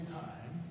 time